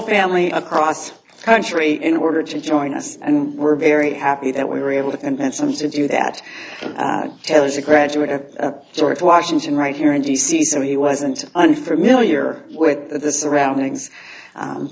family across country in order to join us and we're very happy that we were able to convince him to do that and tell us a graduate of george washington right here in d c so he wasn't unfamiliar with the surroundings